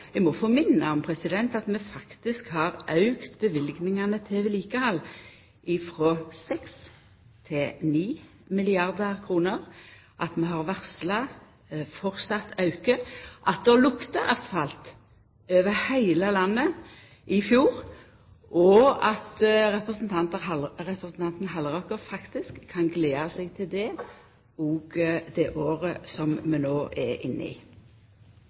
Eg må få minna om at vi faktisk har auka løyvingane til vedlikehald frå 6 til 9 milliardar kr, at vi har varsla ein vidare auke, og at det lukta asfalt over heile landet i fjor, og representanten Halleraker kan faktisk gleda seg over det òg i det året som vi no er inne i.